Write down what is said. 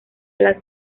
las